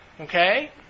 Okay